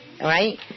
Right